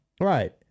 Right